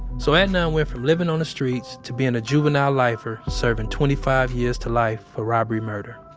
so, adnan went from living on the streets to being a juvenile lifer serving twenty five years to life for robbery murder.